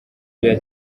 bya